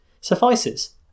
suffices